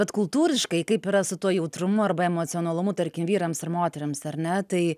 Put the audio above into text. bet kultūriškai kaip yra su tuo jautrumu arba emocionalumu tarkim vyrams ir moterims ar ne tai